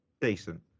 decent